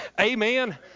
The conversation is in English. amen